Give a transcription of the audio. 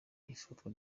ifatwa